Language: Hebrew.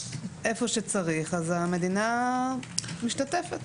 איפה שצריך, אז המדינה משתתפת.